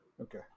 Okay